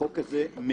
החוק הזה מייצר